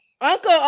Uncle